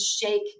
shake